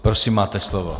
Prosím, máte slovo.